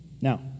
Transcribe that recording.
Now